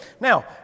Now